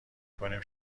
کنیم